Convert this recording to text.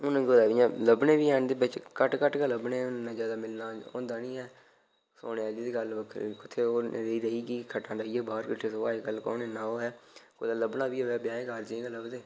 हून कुतै इ'यां लब्भने बी हैन ते बिच कुतै इ'यां घट्ट घट्ट के लब्भने हुन ज्यादा मिलना होंदा नी ऐ सौने आह्ली ते गल्ल कुत्थै हून रेही कि खट्टां डाह्नियां बाहर किट्ठे सोवो अजकल कुत्थै इन्ना ओह् ऐ कुतै लब्भना बी होऐ ब्याहें कार्जें च गै लभदे